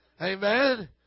Amen